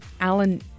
Alan